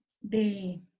de